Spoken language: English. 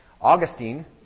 Augustine